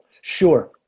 Sure